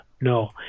No